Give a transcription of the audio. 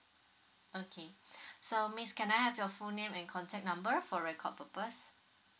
okay so miss can I have your full name and contact number for record purpose